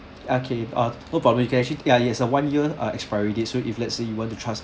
okay uh no problem ya it's a one year ah expiry date so if let's say you want to trust